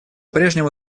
прежнему